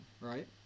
right